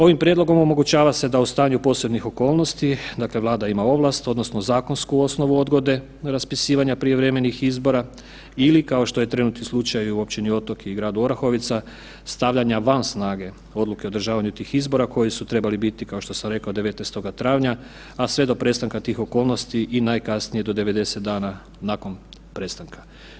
Ovim prijedlogom omogućava se da u stanju posebnih okolnosti, dakle Vlada ima ovlast odnosno zakonsku osnovu odgode raspisivanja prijevremenih izbora ili kao što je trenutni slučaj u općini Otok i gradu Orahovica stavljanja van snage odluke o održavanju tih izbora koji su trebali biti kao što sam rekao 19. travanja, a sve do prestanka tih okolnosti i najkasnije do 90 dana nakon prestanka.